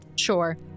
Sure